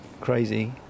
crazy